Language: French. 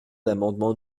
l’amendement